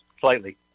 slightly